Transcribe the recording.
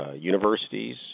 universities